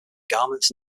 garments